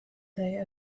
day